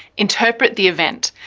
interpret the event.